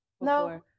no